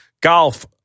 golf